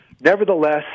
Nevertheless